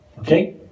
Okay